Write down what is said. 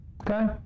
okay